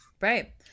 right